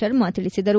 ಶರ್ಮಾ ತಿಳಿಸಿದರು